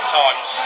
times